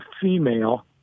female